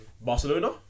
Barcelona